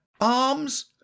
arms